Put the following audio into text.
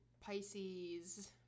Pisces